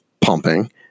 pumping